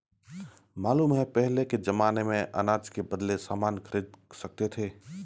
मालूम है पहले के जमाने में अनाज के बदले सामान खरीद सकते थे